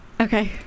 okay